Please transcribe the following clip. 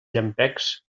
llampecs